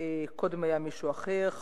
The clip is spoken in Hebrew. קודם היה מישהו אחר,